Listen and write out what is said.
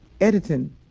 editing